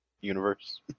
universe